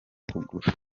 kugura